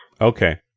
Okay